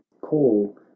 call